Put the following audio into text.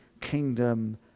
kingdom